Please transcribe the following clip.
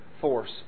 force